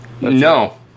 No